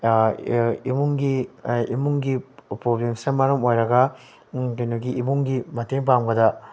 ꯏꯃꯨꯡꯒꯤ ꯏꯃꯨꯡꯒꯤ ꯄ꯭ꯔꯣꯕ꯭ꯂꯦꯝꯁꯤꯅ ꯃꯔꯝ ꯑꯣꯏꯔꯒ ꯀꯩꯅꯣꯒꯤ ꯏꯃꯨꯡꯒꯤ ꯃꯇꯦꯡ ꯄꯥꯡꯕꯗ